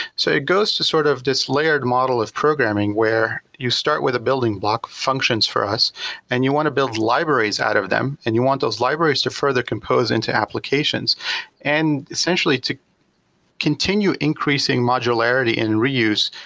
so it goes to sort of just layered model of programming where you start with a building block functions for us and you want to build libraries out of them and you want those libraries to further compose into applications and essentially to continue increasing modularity and reuse,